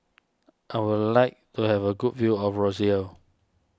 I would like to have a good view of Roseau